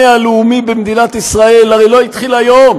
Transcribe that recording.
הלאומי במדינת ישראל הרי לא התחיל היום.